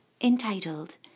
entitled